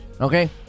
Okay